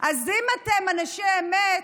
אז אם אתם אנשי אמת,